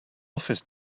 office